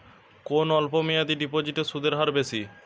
কোন অল্প মেয়াদি ডিপোজিটের সুদের হার বেশি?